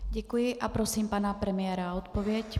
Děkuji a prosím pana premiéra o odpověď.